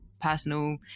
personal